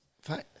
fine